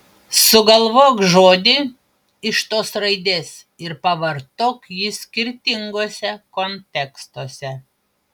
sugalvok žodį iš tos raidės ir pavartok jį skirtinguose kontekstuose